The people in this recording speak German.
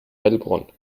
heilbronn